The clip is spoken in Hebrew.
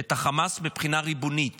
את החמאס מבחינה ריבונית